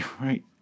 Right